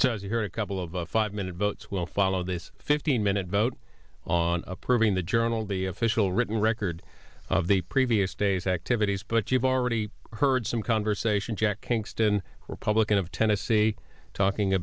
zero a couple of a five minute votes will follow this fifteen minute vote on approving the journal the official written record of the previous day's activities but you've already heard some conversation jack kingston republican of tennessee talking